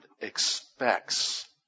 expects